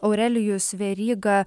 aurelijus veryga